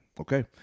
Okay